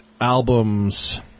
albums